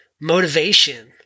Motivation